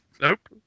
Nope